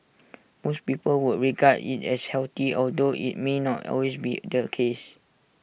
most people would regard IT as healthy although IT may not always be the case